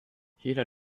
jeder